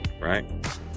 Right